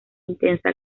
intensa